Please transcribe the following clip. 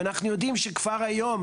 אנחנו יודעים שכבר היום,